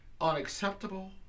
unacceptable